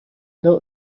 note